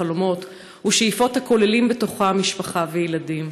חלומות ושאיפות הכוללים בתוכם משפחה וילדים.